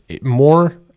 More